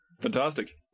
Fantastic